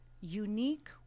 unique